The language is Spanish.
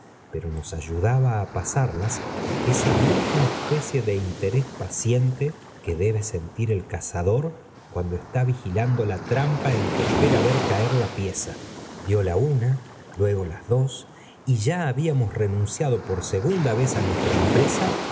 pero nos ayudaba á pasarlas esa misma especie de interés paciente que debe sentir el cazador cuando está vigilando la trampa en qué espera ver caer la pieza dió la una luego las dos y ya habíamos renunciado por segunda vez á nuestra empresa